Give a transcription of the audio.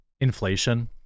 inflation